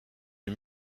les